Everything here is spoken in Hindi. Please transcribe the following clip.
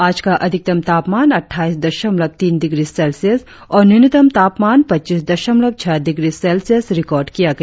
आज का अधिकतम तापमान अट्ठाईस दशमलव तीन डिग्री सेल्सियस और न्यूनतम तापमान पच्चीस दशमलव छह डिग्री सेल्सियस रिकार्ड किया गया